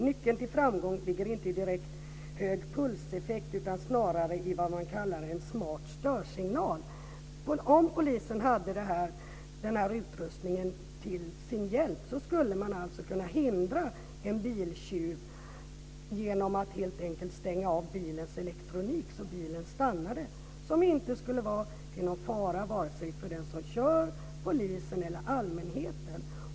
Nyckeln till framgång ligger inte i direkt hög-puls-effekt utan snarare i vad man kallar en smart störsignal. Om polisen hade den här utrustningen till sin hjälp skulle man alltså kunna hindra en biltjuv genom att helt enkelt stänga av bilens elektronik, så att bilen stannade. Det skulle inte vara någon fara för vare sig den som kör, polisen eller allmänheten.